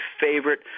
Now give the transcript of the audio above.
favorite